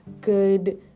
good